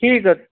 ଠିକ୍ ଅଛି